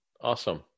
Awesome